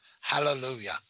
Hallelujah